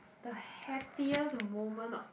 the happiest moment of